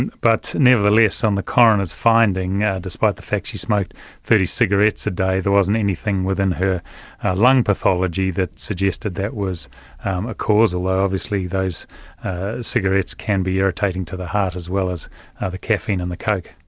and but nevertheless on the coroner's finding, despite the fact she smoked thirty cigarettes a day, there wasn't anything within her lung pathology that suggested that was a cause, although obviously those cigarettes can be irritating to the heart as well as the caffeine in the coke.